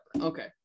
Okay